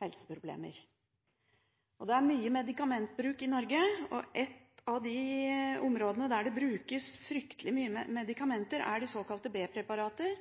helseproblemer. Det er mye medikamentbruk i Norge. Én type medikamenter som det brukes fryktelig mye av, er de såkalte B-preparater: